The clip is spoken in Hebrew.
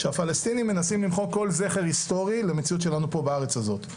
שהפלסטינים מנסים למחוק כל זכר היסטוריה למציאות שלנו פה בארץ הזאת.